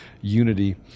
unity